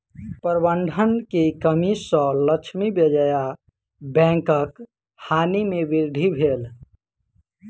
प्रबंधन के कमी सॅ लक्ष्मी विजया बैंकक हानि में वृद्धि भेल